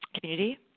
community